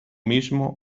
mismo